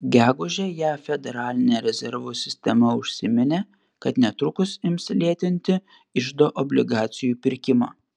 gegužę jav federalinė rezervų sistema užsiminė kad netrukus ims lėtinti iždo obligacijų pirkimą